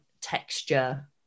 texture